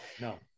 No